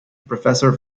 professor